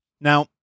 Now